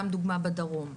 סתם דוגמא בדרום,